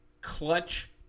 clutch